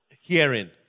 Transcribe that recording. Hearing